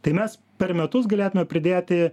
tai mes per metus galėtume pridėti